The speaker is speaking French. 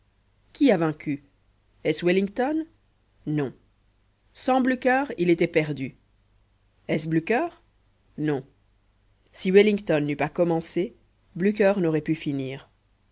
qui a vaincu est-ce wellington non sans blücher il était perdu est-ce blücher non si wellington n'eût pas commencé blücher n'aurait pu finir